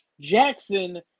Jackson